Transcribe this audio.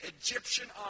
Egyptian